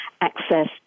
access